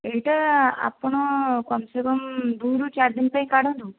ଏହିଟା ଆପଣ କମ ସେ କମ ଦୁଇରୁ ଚାରିଦିନ ପାଇଁ କାଢ଼ନ୍ତୁ